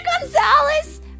Gonzalez